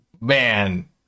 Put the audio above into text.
man